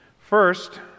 First